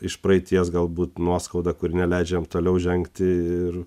iš praeities galbūt nuoskaudą kuri neleidžia jam toliau žengti ir